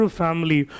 family